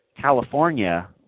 California